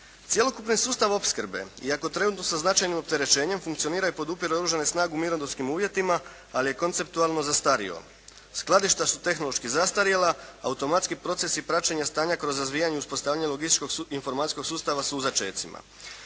cjelokupni sustav opskrbe iako trenutno sa značajnim opterećenjem funkcionira i podupire oružane snage u mirovinskim uvjetima ali je konceptualno zastario. Skladišta su tehnološki zastarjela, automatski procesi praćenja stanja kroz razvijanje i uspostavljanje logističkog informacijskog sustava su u začecima.